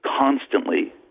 constantly